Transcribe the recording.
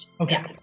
Okay